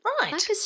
Right